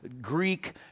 Greek